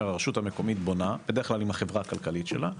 הרשות המקומית בונה בדרך כלל עם החברה הכלכלית שלה.